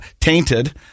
Tainted